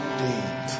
deep